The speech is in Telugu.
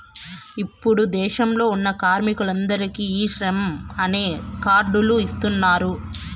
ఇప్పుడు దేశంలో ఉన్న కార్మికులందరికీ ఈ శ్రమ్ అనే కార్డ్ లు ఇస్తున్నారు